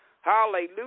Hallelujah